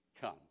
come